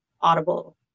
Audible